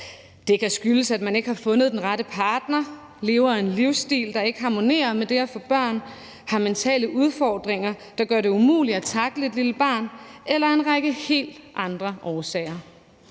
Det kan skyldes, at man ikke har fundet den rette partner, lever en livsstil, der ikke harmonerer med det at få børn, har mentale udfordringer, der gør det umuligt at tackle et lille barn, eller det kan være af en række helt andre årsager.